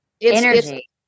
energy